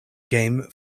game